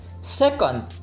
second